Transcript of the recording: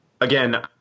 Again